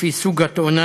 לפי סוג התאונה,